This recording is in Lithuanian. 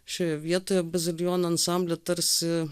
šioje vietoje bazilionų ansambly tarsi